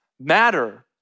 matter